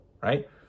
right